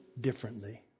differently